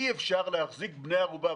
אי-אפשר להחזיק בני ערובה.